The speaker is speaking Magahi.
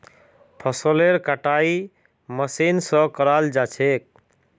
फसलेर कटाई मशीन स कराल जा छेक